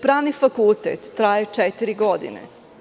Pravni fakultet traje četiri godine.